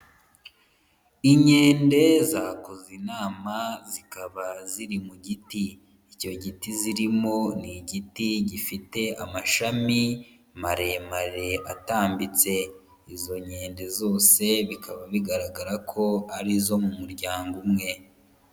Inkende zakoze inama, zikaba ziri mu giti, icyo giti zirimo ni igiti gifite amashami maremare atambitse, izo nkende zose bikaba bigaragara ko ari Izo mu muryango umwe.